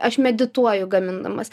aš medituoju gamindamas